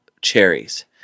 Cherries